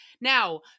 Now